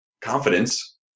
confidence